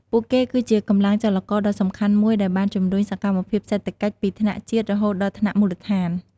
ពួកគេ គឺជាកម្លាំងចលករដ៏សំខាន់មួយដែលបានជំរុញសកម្មភាពសេដ្ឋកិច្ចពីថ្នាក់ជាតិរហូតដល់ថ្នាក់មូលដ្ឋាន។